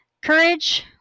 courage